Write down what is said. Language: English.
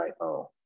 iPhone